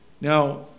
Now